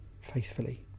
faithfully